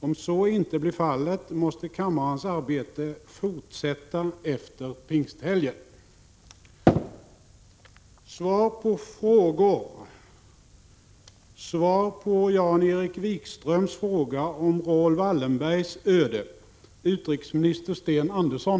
Om så inte blir fallet måste kammarens arbete fortsättas efter pingsthelgen.